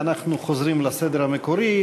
ואנחנו חוזרים לסדר המקומי.